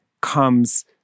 comes